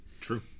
True